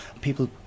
People